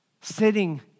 sitting